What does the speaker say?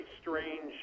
strange